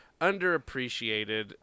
underappreciated